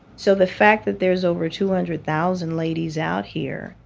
so the fact that there's over two-hundred thousand ladies out here,